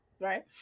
right